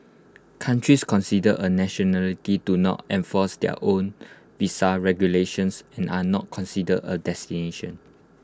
countries considered A nationality do not enforce their own visa regulations and are not considered A destination